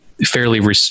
fairly